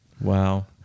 Wow